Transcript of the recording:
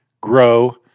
grow